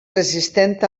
resistent